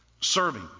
Serving